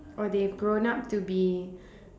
or they've grown up to be